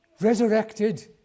resurrected